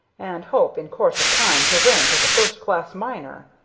and hope in course of time to rank as a first-class miner.